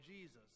Jesus